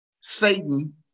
Satan